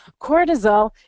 Cortisol